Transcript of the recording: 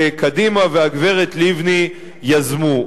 שקדימה והגברת לבני יזמו.